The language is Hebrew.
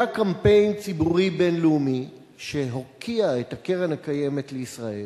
היה קמפיין ציבורי בין-לאומי שהוקיע את הקרן הקיימת לישראל,